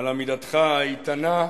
על עמידתך האיתנה,